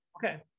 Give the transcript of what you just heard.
Okay